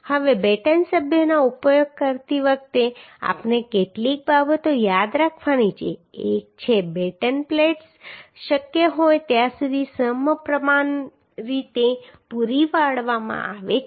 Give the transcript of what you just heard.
હવે બેટન સભ્યોનો ઉપયોગ કરતી વખતે આપણે કેટલીક બાબતો યાદ રાખવાની છે એક છે બેટન પ્લેટ્સ શક્ય હોય ત્યાં સુધી સમપ્રમાણરીતે પૂરી પાડવામાં આવે છે